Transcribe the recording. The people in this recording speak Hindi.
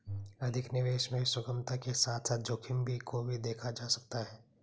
अधिक निवेश में सुगमता के साथ साथ जोखिम को भी देखा जा सकता है